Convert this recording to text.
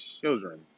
children